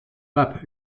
pape